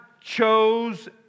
chose